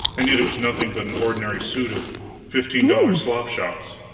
and yet it was nothing but an ordinary suit of fifteen-dollar slop-shops.